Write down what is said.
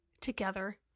together